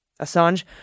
Assange